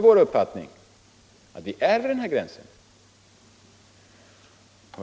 Vår uppfattning är alltså att vi är vid den gränsen.